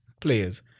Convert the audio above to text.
players